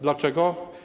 Dlaczego?